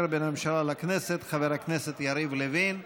בין הממשלה לכנסת חבר הכנסת יריב לוין.